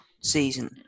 season